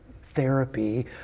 therapy